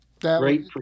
great